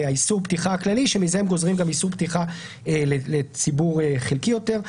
מאיסור הפתיחה הכללי שמזה הם גוזרים גם איסור פתיחה לציבור חלקי יותר.